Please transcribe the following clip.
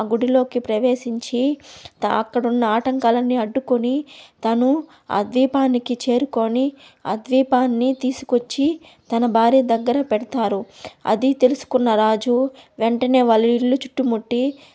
ఆ గుడిలోకి ప్రవేశించి త అక్కడున్న ఆటంకాలన్నీ అడ్డుకొని తను ఆ ద్వీపానికి చేరుకొని ఆ ద్వీపాన్ని తీసుకొచ్చి తన భార్య దగ్గర పెడతారు అది తెలుసుకున్న రాజు వెంటనే వాళ్ళు ఇల్లు చుట్టుముట్టి